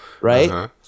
right